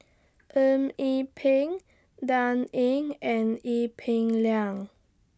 Eng Yee Peng Dan Ying and Ee Peng Liang